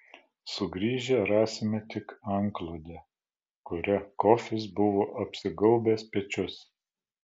sugrįžę rasime tik antklodę kuria kofis buvo apsigaubęs pečius